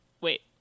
Wait